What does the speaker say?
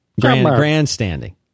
Grandstanding